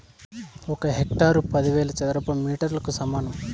ఒక హెక్టారు పదివేల చదరపు మీటర్లకు సమానం